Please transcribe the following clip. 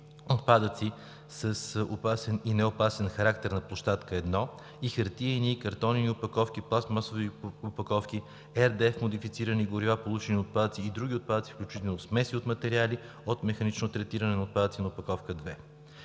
отпадъци с опасен и неопасен характер на площадка 1, и хартиени и картонени опаковки; пластмасови опаковки; RDF модифицирани горива, получени от отпадъци, и други отпадъци, включително смеси от материали, от механично третиране на отпадъци на площадка 2.